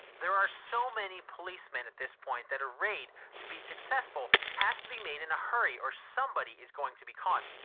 there are so many policemen at this point that a raid, to be successful, has to be made in a hurry or somebody is going to be caught.